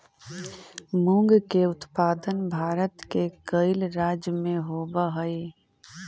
मूंग के उत्पादन भारत के कईक राज्य में होवऽ हइ